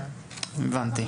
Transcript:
הבנתי.